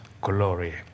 glory